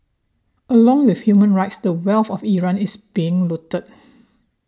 along with human rights the wealth of Iran is being looted